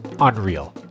unreal